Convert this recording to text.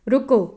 ਰੁਕੋ